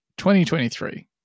2023